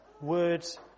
Words